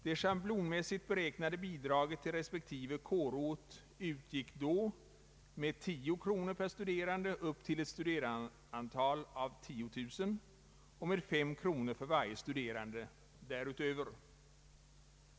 Det schablonmässigt beräknade bidraget till respektive kårort utgick då med 10 kronor per studerande upp till ett studerandeantal av 10000 och med 35 kronor för varje studerande därutöver.